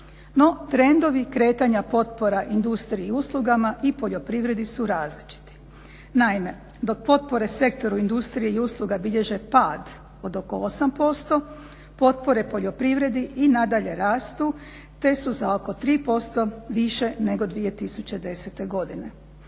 No trendovi kretanja potpora industriji i uslugama i poljoprivredi su različiti. Naime, dok potpore sektore industrije i usluga bilježe pad od oko 8%, potpore poljoprivredi i nadalje rastu te su za oko 3% više nego 2010.godine.